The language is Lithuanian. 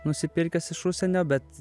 nusipirkęs iš užsienio bet